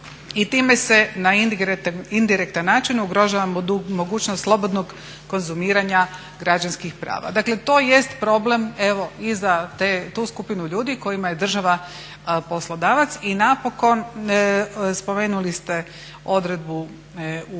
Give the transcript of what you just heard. I time se na indirektan način ugrožava mogućnost slobodnog konzumiranja građanskih prava." Dakle, to jest problem evo i za tu skupinu ljudi kojima je država poslodavac. I napokon, spomenuli ste odredbu u